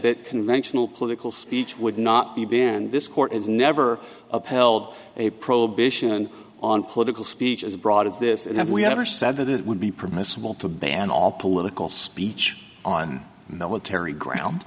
that conventional political speech would not be banned this court has never upheld a prohibition on political speech as broad as this and if we had ever said that it would be permissible to ban all political speech on military ground